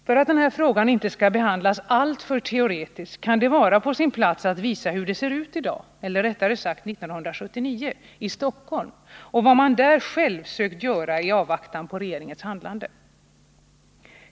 För att den här frågan inte skall behandlas alltför teoretiskt kan det vara på sin plats att visa hur det ser ut i dag — eller rättare sagt 1979 — i Stockholm och vad man där själv sökt göra i avvaktan på regeringens handlande.